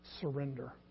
surrender